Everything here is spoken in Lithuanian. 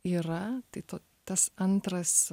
yra tai to tas antras